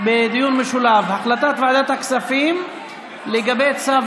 דיון משולב על הצעת ועדת הכספים לגבי צו